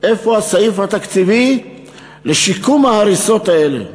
הסעיף התקציבי לשיקום ההריסות האלה.